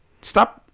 stop